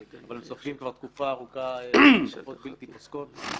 אבל הם סופגים כבר תקופה ארוכה התקפות בלתי פוסקות.